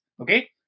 okay